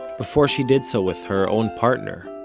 before she did so with her own partner,